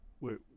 wait